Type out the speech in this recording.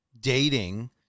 dating